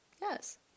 Yes